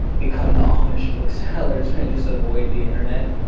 become the amish booksellers, we just avoid the internet?